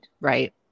Right